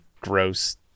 gross